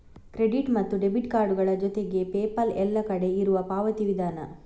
credit ಮತ್ತು debit ಕಾರ್ಡುಗಳ ಜೊತೆಗೆ ಪೇಪಾಲ್ ಎಲ್ಲ ಕಡೆ ಇರುವ ಪಾವತಿ ವಿಧಾನ